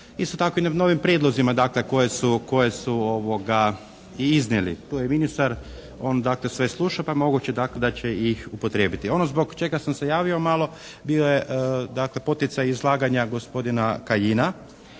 isto tako i na ovim prijedlozima, dakle, koje su i iznijeli. Tu je i ministar, on dakle sve sluša pa je moguće da će ih upotrijebiti. Ono zbog čega sam se javio malo bio je, dakle, poticaj izlaganja gospodina Kajina